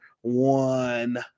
one